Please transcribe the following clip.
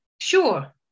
Sure